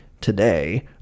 today